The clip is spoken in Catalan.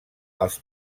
els